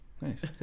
Nice